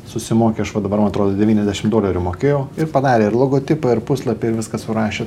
susimoki aš va dabar man atrodo devyndešim dolerių mokėjau ir padarė ir logotipą ir puslapį ir viską surašė